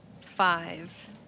Five